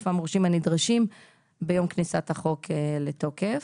המורשים הנדרשים ביום כניסת החוק לתוקף.